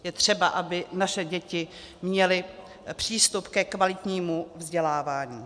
Je třeba, aby naše děti měly přístup ke kvalitnímu vzdělávání.